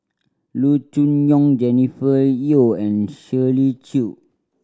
Loo Choon Yong Jennifer Yeo and Shirley Chew